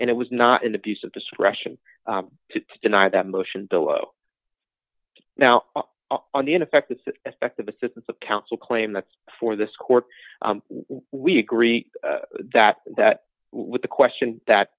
and it was not an abuse of discretion to deny that motion below now on the in effect with a speck of assistance of counsel claim that's for this court we agree that that with the question that